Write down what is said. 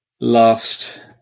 last